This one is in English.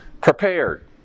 Prepared